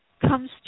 comes